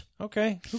Okay